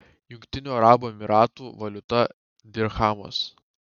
jungtinių arabų emyratų valiuta dirchamas